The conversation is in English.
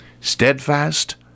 Steadfast